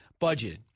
budgeted